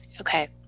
Okay